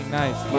nice